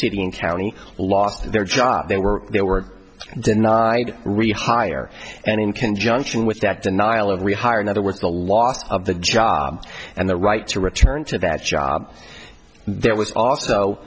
city and county lost their job they were they were denied rehire and in conjunction with that denial of rehire in other words the loss of the job and the right to return to that job there was also